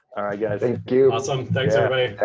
guys. thank you. awesome. thanks, everybody.